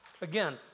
again